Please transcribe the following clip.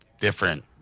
different